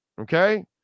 Okay